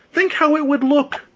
think how it would look.